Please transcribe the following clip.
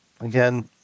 Again